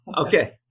Okay